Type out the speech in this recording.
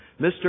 Mr